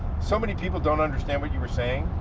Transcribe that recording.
so many people don't understand what you were saying.